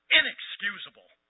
inexcusable